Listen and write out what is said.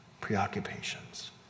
preoccupations